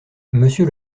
monsieur